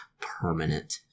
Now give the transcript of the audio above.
permanent